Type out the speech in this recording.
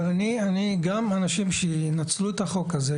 אבל גם אנשים שינצלו את החוק הזה,